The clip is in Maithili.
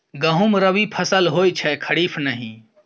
गहुम रबी फसल होए छै खरीफ नहि